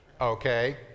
Okay